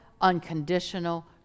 unconditional